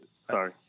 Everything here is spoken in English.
Sorry